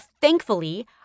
thankfully